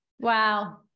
Wow